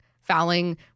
fouling